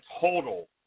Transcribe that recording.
total